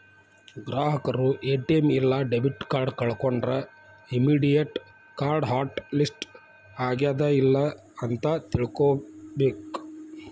ಗ್ರಾಹಕರು ಎ.ಟಿ.ಎಂ ಇಲ್ಲಾ debit card ಕಳ್ಕೊಂಡ್ರ ಇಮ್ಮಿಡಿಯೇಟ್ ಕಾರ್ಡ್ ಹಾಟ್ ಲಿಸ್ಟ್ ಆಗ್ಯಾದ ಇಲ್ಲ ಅಂತ ತಿಳ್ಕೊಬೇಕ್